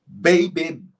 Baby